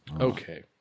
Okay